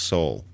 Soul